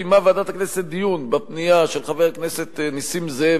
קיימה ועדת הכנסת דיון בפנייה של חבר הכנסת נסים זאב